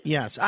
Yes